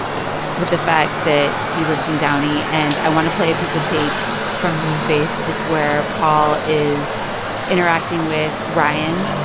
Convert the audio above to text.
yeah. with the fact that he lives in downey. and i want to play a piece of tape from moonface. it's where paul is interacting with ryan.